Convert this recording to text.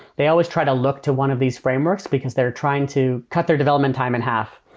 they always try to look to one of these frameworks because they're trying to cut their development time in half.